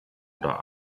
oder